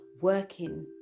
working